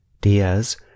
Diaz